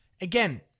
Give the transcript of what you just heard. Again